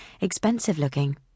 expensive-looking